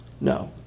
No